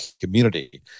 community